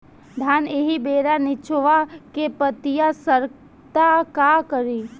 धान एही बेरा निचवा के पतयी सड़ता का करी?